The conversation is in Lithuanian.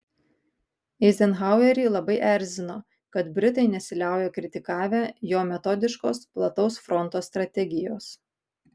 eizenhauerį labai erzino kad britai nesiliauja kritikavę jo metodiškos plataus fronto strategijos